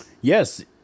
Yes